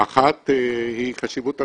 האחת היא חשיבות הנושא,